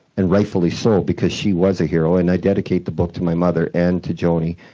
and rightfully so because she was a hero and i dedicate the book to my mother and to joanie,